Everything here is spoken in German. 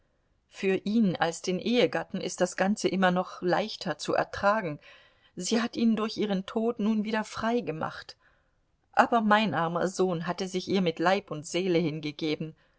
für ihn als den ehegatten ist das ganze immer noch leichter zu ertragen sie hat ihn durch ihren tod nun wieder frei gemacht aber mein armer sohn hatte sich ihr mit leib und seele hingegeben